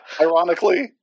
ironically